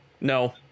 No